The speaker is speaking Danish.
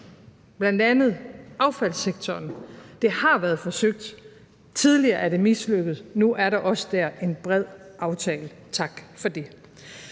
bl.a. affaldssektoren. Det har været forsøgt, tidligere er det mislykkedes. Nu er der også der en bred aftale – tak for det.